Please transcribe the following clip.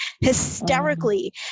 hysterically